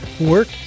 work